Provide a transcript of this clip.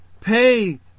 Pay